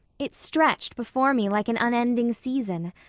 it stretched before me like an unending season.